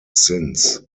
since